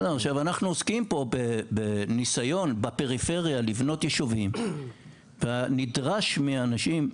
אנחנו עוסקים פה בניסיון בפריפריה לבנות יישובים ונדרש מהאנשים,